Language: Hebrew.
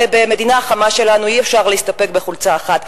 הרי במדינה החמה שלנו אי-אפשר להסתפק בחולצה אחת.